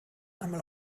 einmal